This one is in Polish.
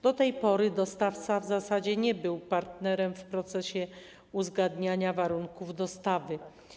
Do tej pory dostawca w zasadzie nie był partnerem w procesie uzgadniania warunków dostawy.